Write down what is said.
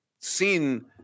seen